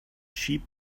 sheep